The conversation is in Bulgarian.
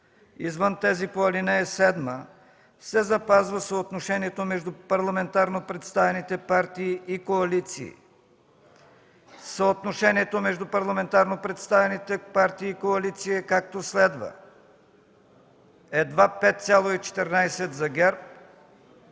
извън тези по ал. 7, се запазва съотношението между парламентарно представените партии и коалиции. Съотношението между парламентарно представените партии и коалиции е, както следва: едва 5,14 – за ГЕРБ;